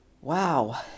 wow